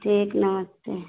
ठीक नमस्ते